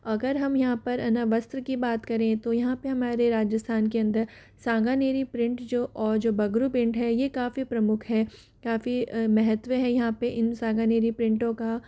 अगर हम यहाँ पर है ना वस्त्र की बात करें तो यहाँ पर हमारे राजस्थान के अंदर सांगानेरी प्रिंट जो और जो बगरू प्रिंट है ये काफ़ी प्रमुख है काफ़ी महत्व है यहाँ पर इन सांगानेरी प्रिंटो का